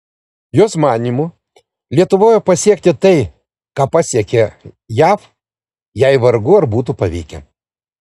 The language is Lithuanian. jos manymu lietuvoje pasiekti tai ką pasiekė jav jai vargu ar būtų pavykę